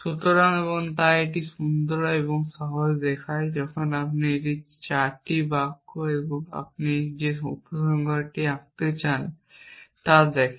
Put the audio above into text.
সুতরাং এবং তাই এটি সুন্দর এবং সহজ দেখায় যখন আপনি এই 4টি বাক্য এবং আপনি যে উপসংহারটি আঁকতে চান তা দেখেন